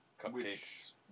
Cupcakes